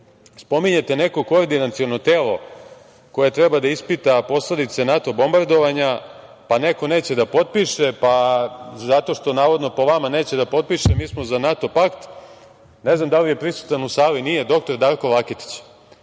Spominjete neko koordinaciono telo koje treba da ispita posledice NATO bombardovanja, pa neko neće da potpiše, pa zato što, navodno, po vama neće da potpiše, mi smo za NATO pakt, ne znam da li je prisutan u sali doktor Darko Laketić,